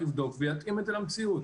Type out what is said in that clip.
יבדוק ויתאים את זה למציאות.